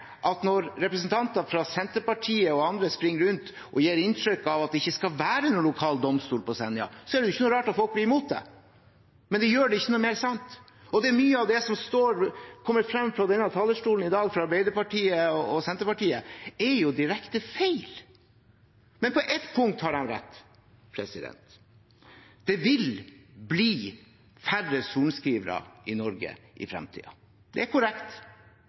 når representanter fra Senterpartiet og andre springer rundt og gir inntrykk av at det ikke skal være noen lokal domstol på Senja. Da er det ikke noe rart at folk blir imot det. Men det gjør det ikke noe mer sant, og mye av det som kommer fra denne talerstolen i dag fra Arbeiderpartiet og Senterpartiet, er direkte feil. Men på ett punkt har de rett. Det vil bli færre sorenskrivere i Norge i fremtiden. Det er korrekt,